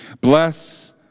Bless